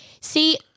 see